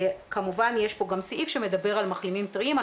כמובן יש פה גם סעיף שמדבר על מחלימים טריים.